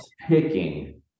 picking